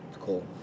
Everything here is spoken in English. Cool